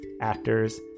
actors